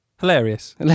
Hilarious